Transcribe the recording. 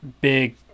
big